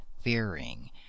fearing